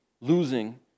losing